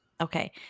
Okay